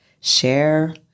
share